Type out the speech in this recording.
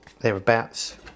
thereabouts